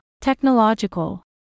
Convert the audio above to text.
technological